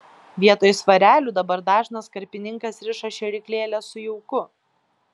vietoj svarelių dabar dažnas karpininkas riša šėryklėles su jauku